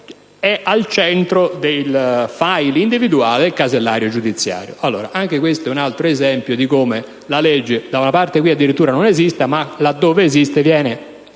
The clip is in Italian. è al centro del *file* individuale del casellario giudiziario. Anche questo è un altro esempio di come la legge, da una parte, addirittura non esista, ma dove esiste (e qui